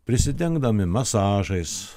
prisidengdami masažais